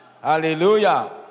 Hallelujah